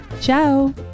Ciao